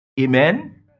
Amen